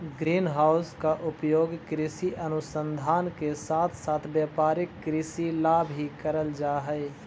green house का उपयोग कृषि अनुसंधान के साथ साथ व्यापारिक कृषि ला भी करल जा हई